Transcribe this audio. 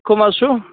کٕم حظ چھِو